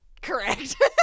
correct